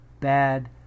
bad